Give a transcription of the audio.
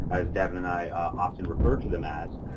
as devin and i often refer to them as,